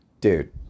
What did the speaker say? dude